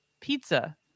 Pizza